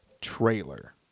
trailer